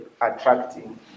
attracting